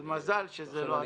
אז מזל שזה לא אתה.